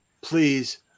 please